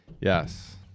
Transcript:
Yes